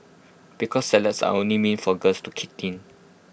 because salads are only meant for girls to keep thin